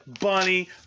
Bunny